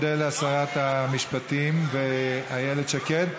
מודה לשרת המשפטים איילת שקד.